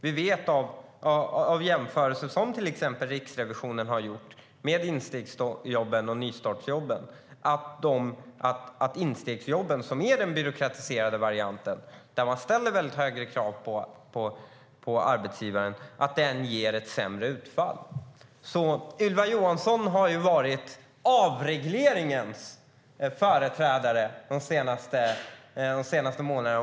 Vi vet av jämförelser som till exempel Riksrevisionen har gjort av instegsjobben och nystartsjobben att instegsjobben, som är den byråkratiserade varianten där man ställer högre krav på arbetsgivaren, ger ett sämre utfall. Ylva Johansson har ju varit avregleringens företrädare de senaste månaderna.